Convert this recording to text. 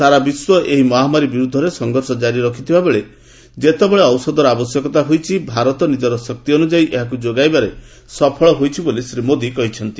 ସାରା ବିଶ୍ୱ ଏହି ମହାମାରୀ ବିରୁଦ୍ଧରେ ସଂଘର୍ଷ ଜାରି ରଖିଥିବା ବେଳେ ଯେତେବେଳେ ଔଷଧ ଆବଶ୍ୟକ ହୋଇଛି ଭାରତ ନିଜର ଶକ୍ତି ଅନୁଯାୟୀ ଏହାକୁ ଯୋଗାଇବାରେ ସଫଳ ହୋଇଛି ବୋଲି ଶ୍ରୀ ମୋଦୀ କହିଚ୍ଛନ୍ତି